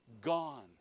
gone